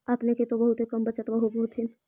अपने के तो बहुते कम बचतबा होब होथिं?